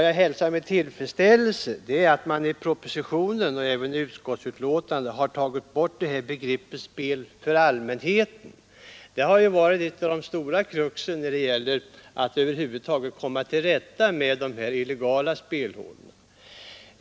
Jag hälsar med tillfredsställelse att begreppet spel för allmänheten nu har tagits bort i propositionen och i utskottets betänkande. Det har varit ett av de stora kruxen när det gällt att komma till rätta med de illegala spelhålorna.